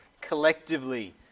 collectively